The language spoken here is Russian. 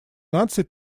наций